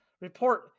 report